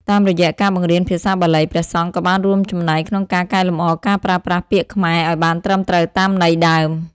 តាមរយៈការបង្រៀនភាសាបាលី ព្រះសង្ឃក៏បានរួមចំណែកក្នុងការកែលម្អការប្រើប្រាស់ពាក្យខ្មែរឱ្យបានត្រឹមត្រូវតាមន័យដើម។